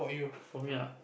for me ah